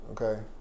okay